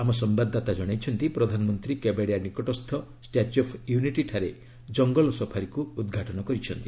ଆମ ସମ୍ଘାଦଦାତା ଜଣାଇଛନ୍ତି ପ୍ରଧାନମନ୍ତ୍ରୀ କେବାଡ଼ିଆ ନିକଟସ୍ଥ ଷ୍ଟାଚ୍ୟୁ ଅପ୍ ୟୁନିଟି ଠାରେ ଜଙ୍ଗଲ ସଫାରିକୁ ଉଦ୍ଘାଟନ କରିଛନ୍ତି